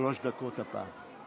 שלוש דקות הפעם.